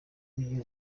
igihugu